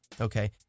Okay